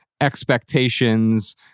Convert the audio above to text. expectations